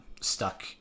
stuck